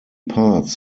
parts